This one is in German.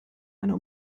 einer